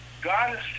God